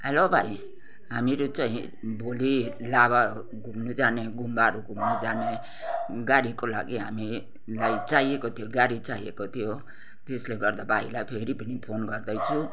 hello भाइ हामीहरू चाहिँ भोलि लाभा घुम्नु जाने गुम्बाहरू घुम्नु जाने गाडीको लागि हामीलाई चाहिएको थियो गाडी चाहिएको थियो त्यसले गर्दा भाइलाई फेरि पनि फोन गर्दैछु